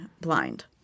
blind